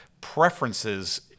preferences